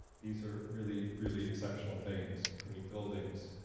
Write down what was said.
these are really really exceptional things, green buildings,